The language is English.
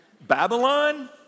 Babylon